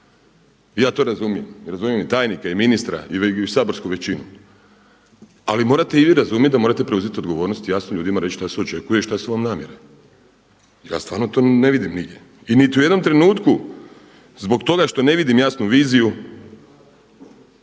ja to razumijem i razumijem tajnika i ministra i saborsku većinu, ali morate i vi razumjeti da morate preuzeti odgovornost i jasno ljudima reći šta se očekuje i šta vam je namjera. Ja stvarno to ne vidim nigdje. I niti u jednom trenutku zbog toga što ne vidim jasnu viziju